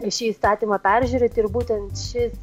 šį įstatymą peržiūrėt ir būtent šis